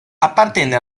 appartenne